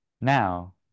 Now